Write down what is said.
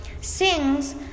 Sings